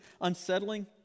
unsettling